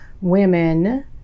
women